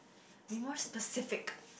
be more specific